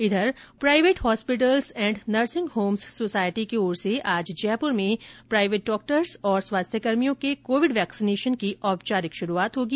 इधर private hospitals and nursing homes society की ओर से आज जयपुर में प्राइवेट डॉक्टर्स और स्वास्थ्यकर्मियों के कोविड वेक्सीनेशन की औपचारिक शुरूआत होगी